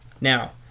Now